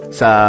sa